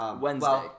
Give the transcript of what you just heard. Wednesday